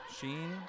Sheen